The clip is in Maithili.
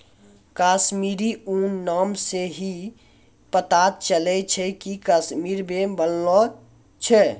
कश्मीरी ऊन नाम से ही पता चलै छै कि कश्मीर मे बनलो छै